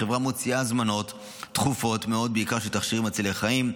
החברה מוציאה הזמנות דחופות מאוד בעיקר של תכשירים מצילי חיים,